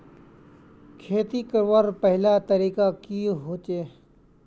खेती करवार पहला तरीका की होचए?